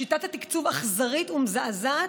שיטת התקצוב אכזרית ומזעזעת,